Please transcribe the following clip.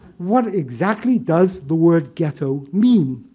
what exactly does the word ghetto mean?